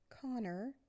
Connor